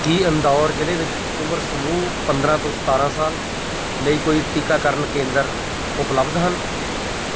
ਕੀ ਇੰਦੌਰ ਜ਼ਿਲ੍ਹੇ ਵਿੱਚ ਉਮਰ ਸਮੂਹ ਪੰਦਰਾਂ ਤੋਂ ਸਤਾਰਾਂ ਸਾਲ ਲਈ ਕੋਈ ਟੀਕਾਕਰਨ ਕੇਂਦਰ ਉਪਲੱਬਧ ਹਨ